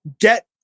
get